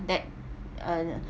that uh